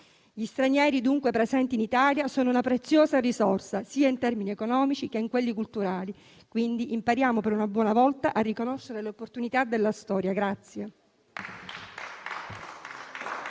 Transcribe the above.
Gli stranieri presenti in Italia sono dunque una preziosa risorsa, sia in termini economici che in termini culturali. Impariamo per una buona volta a riconoscere le opportunità della storia.